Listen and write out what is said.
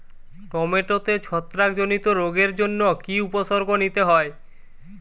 টমেটোতে ছত্রাক জনিত রোগের জন্য কি উপসর্গ নিতে হয়?